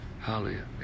Hallelujah